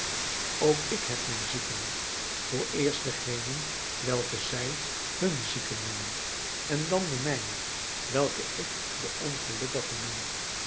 ook ik heb mijn zieken vooreerst degenen welke zij hun zieken noemen en dan de mijne welke ik de ongelukkigen noem